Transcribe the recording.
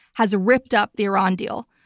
has ripped up the iran deal.